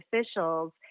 officials